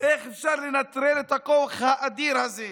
איך אפשר לנטרל את הכוח האדיר הזה?